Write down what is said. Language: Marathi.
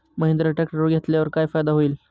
महिंद्रा ट्रॅक्टर घेतल्यावर काय फायदा होईल?